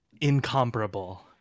incomparable